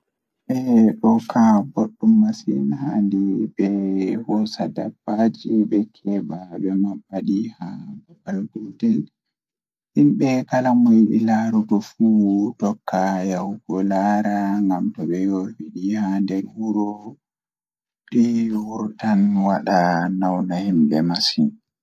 Ceede ɗon sooda seyo masin Ko wonaa ɗum feewi, tawa to no ɓuri fayde e miijeele ndiyam tawa e gollal wootere, kono ɓeɗɗo tigi fuɗɗi ko waɗi faaɗi ɓe neɗɗo. Ɗum waɗi e ndiyam ngal, ko e jeyaaɗe beɓɓe e fowru, kono ko ngoodi fowruɗi. Ɓe ɓuri semtaade hay si tawii njahaange, ɗum waɗi maaɓɓe e ɓe heddii heeɓere jokkude.